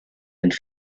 and